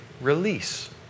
release